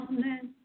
Amen